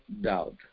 doubt